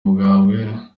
bwawe